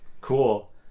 Cool